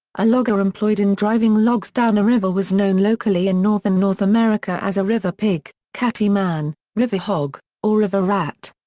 a logger employed in driving logs down a river was known locally in northern north america as a river pig, catty-man, river hog, or river rat.